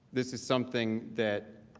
this is something that